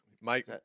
mike